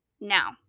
Now